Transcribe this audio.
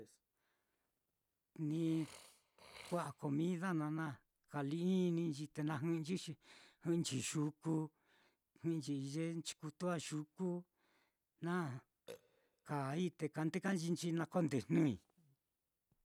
ni kua'a comida naá na kali-ininchi te na jɨ'ɨnchi xi jɨ'ɨnchi yuku, jɨ'ɨnchi i'i ye nchikutu á na kaai, te kandekanchii nchii na nakondejnɨi.